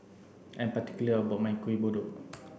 I'm particular about my Kuih Kodok